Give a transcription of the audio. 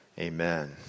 Amen